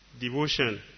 Devotion